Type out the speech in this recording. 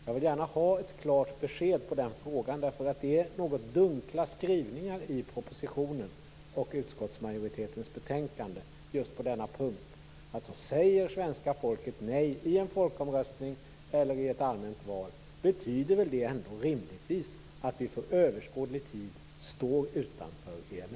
Jag skulle gärna vilja ha ett klart svar på den frågan, för det är något dunkla skrivningar i propositionen och i utskottsmajoritetens betänkande just på denna punkt. Säger svenska folket nej i en folkomröstning eller i ett allmänt val, betyder väl det ändå rimligtvis att vi för överskådlig tid står utanför EMU?